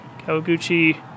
Kawaguchi